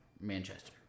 Manchester